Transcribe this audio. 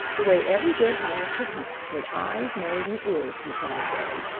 the way every good hunter should hunt, with eyes, nose and ears, replied billy.